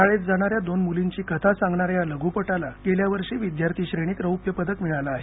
शाळेत जाणाऱ्या दोन मुलींची कथा सांगणा या या लघुपटाला गेल्या वर्षी विद्यार्थी श्रेणीत रौप्य पदक मिळालं आहे